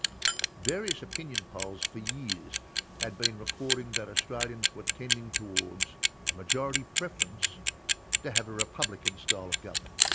various opinion polls for years had been recording that australians were tending towards a majority preference to have a republican style of government.